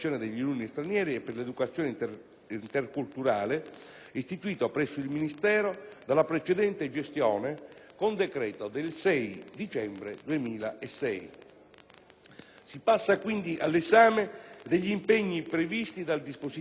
interculturale, istituito presso il Ministero dalla precedente gestione con decreto del 6 dicembre 2006. Passiamo, quindi, all'esame degli impegni previsti dal dispositivo delle mozioni in discussione.